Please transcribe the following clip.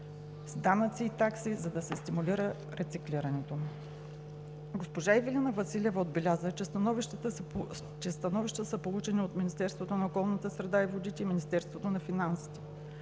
с данъци и такси, за да се стимулира рециклирането. Госпожа Ивелина Василева отбеляза, че становища са получени от Министерството на околната среда и водите и Министерството на финансите.